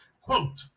Quote